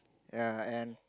ya and